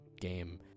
game